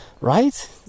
right